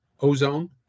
ozone